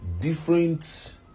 Different